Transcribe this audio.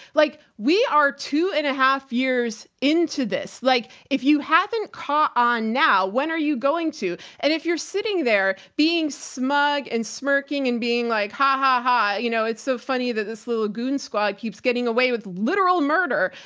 like we are two and a half years into this. like, if you haven't caught on now, when are you going to, and if you're sitting there being smug and smirking and being like, ha ha ha. you know, it's so funny that this little goon squad keeps getting away with literal murder.